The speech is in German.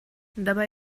dabei